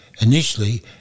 initially